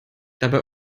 dabei